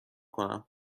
کنم